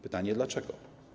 Pytanie: Dlaczego?